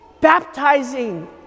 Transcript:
baptizing